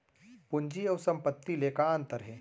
पूंजी अऊ संपत्ति ले का अंतर हे?